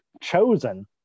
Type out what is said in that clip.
chosen